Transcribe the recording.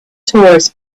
tourists